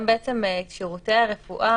שירותי הרפואה,